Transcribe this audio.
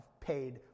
paid